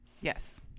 Yes